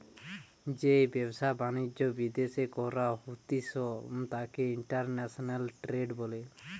যেই ব্যবসা বাণিজ্য বিদ্যাশে করা হতিস তাকে ইন্টারন্যাশনাল ট্রেড বলে